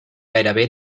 gairebé